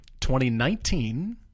2019